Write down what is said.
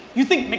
you think,